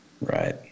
right